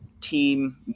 team